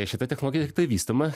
šita technologija tiktai vystoma